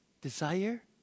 desire